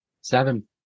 Seven